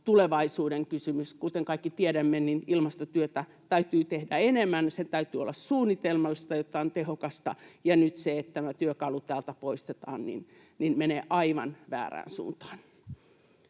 tulevaisuuden kysymys. Kuten kaikki tiedämme, ilmastotyötä täytyy tehdä enemmän, sen täytyy olla suunnitelmallista, jotta se on tehokasta, ja nyt se, että tämä työkalu täältä poistetaan, menee aivan väärään suuntaan.